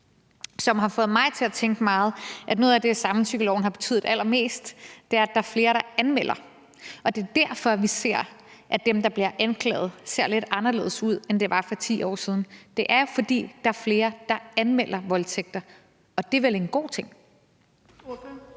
De har fået mig til at tænke meget, at noget af det, der har betydet allermest med samtykkeloven, er, at der er flere, der anmelder. Det er derfor, vi ser, at billedet af dem, der bliver anklaget, ser lidt anderledes ud, end det gjorde for 10 år siden. Det er jo, fordi der er flere, der anmelder voldtægter, og det er vel en god ting.